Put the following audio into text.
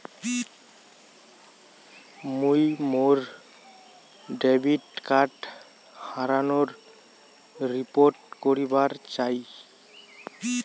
মুই মোর debit card হারানোর রিপোর্ট করিবার চাই